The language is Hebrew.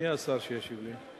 מי השר שישיב לי?